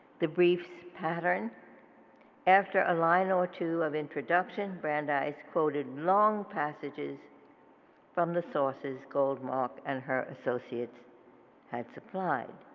the brief's pattern after a line or two of introduction, brandeis quoted long passages from the sources goldmark and her associates had supplied.